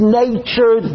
nature